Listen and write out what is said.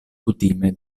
kutime